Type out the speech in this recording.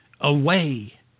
away